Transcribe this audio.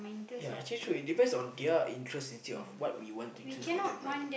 ya actually true it depends on their interest instead of what we want to choose for them right